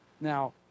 Now